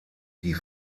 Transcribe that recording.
die